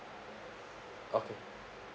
okay